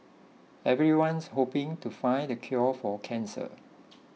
everyone's hoping to find the cure for cancer